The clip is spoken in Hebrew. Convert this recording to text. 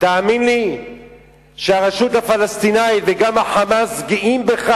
תאמין לי שהרשות הפלסטינית וגם ה"חמאס" גאים בך